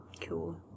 Cool